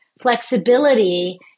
flexibility